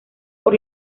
por